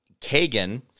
Kagan